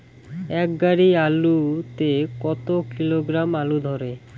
এক গাড়ি আলু তে কত কিলোগ্রাম আলু ধরে?